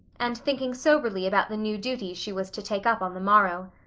and thinking soberly about the new duties she was to take up on the morrow.